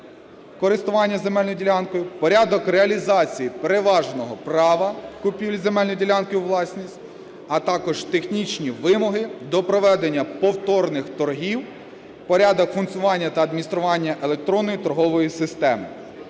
користування земельною ділянкою; порядок реалізації переважного права купівлі земельної ділянки у власність, а також технічні вимоги до проведення повторних торгів, порядок функціонування та адміністрування електронної торгової системи.